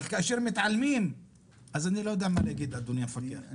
אבל כאשר מתעלמים אז אני לא יודע מה להגיד אדוני המפקח.